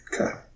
Okay